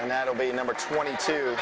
and that will be number twenty two